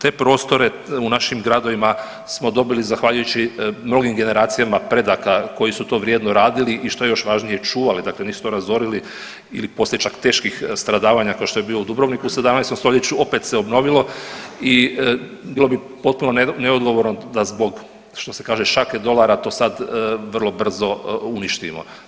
Te, te prostore u našim gradovima smo dobili zahvaljujući mnogim generacijama predaka koji su to vrijedno radili što je još važnije čuvali, dakle nisu to razorili ili poslije čak teških stradavanja kao što je bio u Dubrovniku u 17. stoljeću opet se obnovilo i bilo bi potpuno neodgovorno da zbog što se kaže šake dolara to sad vrlo brzo uništimo.